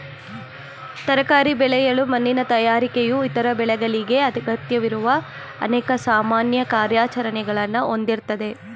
ತರಕಾರಿ ಬೆಳೆಯಲು ಮಣ್ಣಿನ ತಯಾರಿಕೆಯು ಇತರ ಬೆಳೆಗಳಿಗೆ ಅಗತ್ಯವಿರುವ ಅನೇಕ ಸಾಮಾನ್ಯ ಕಾರ್ಯಾಚರಣೆಗಳನ್ನ ಹೊಂದಿರ್ತದೆ